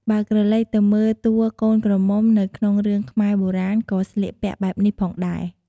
បើក្រឡេកទៅមើលតួកូនក្រមុំនៅក្នុងរឿងខ្មែរបុរាណក៏ស្លៀកពាក់បែបនេះផងដែរ។